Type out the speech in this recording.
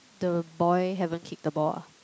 the boy haven't kick the ball ah